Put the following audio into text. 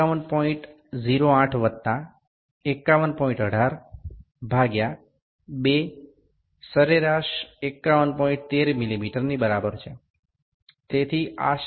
অর্থাৎ ৫১০৮ যুক্ত ৫১১৮ ভাজিতক ২ মানে গড় মান ৫১১৩ মিমির এর সমান